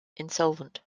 insolvent